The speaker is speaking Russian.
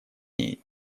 ней